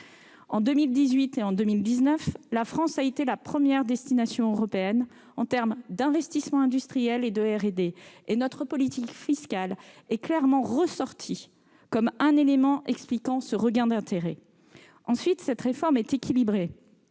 En 2018 et en 2019, la France a été la première destination européenne en termes d'investissements industriels et de recherche et développement. Notre politique fiscale est clairement ressortie comme un élément expliquant ce regain d'intérêt. Ensuite, cette réforme est équilibrée.